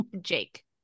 Jake